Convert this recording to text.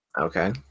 Okay